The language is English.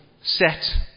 set